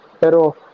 Pero